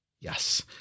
Yes